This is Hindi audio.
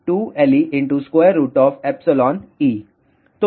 तो f0c2Lee